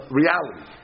reality